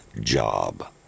job